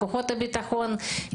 כוחות הביטחון,